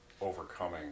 overcoming